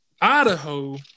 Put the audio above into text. Idaho